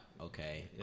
okay